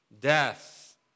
death